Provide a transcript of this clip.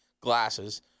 glasses